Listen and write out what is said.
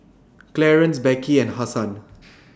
Clarance Beckie and Hasan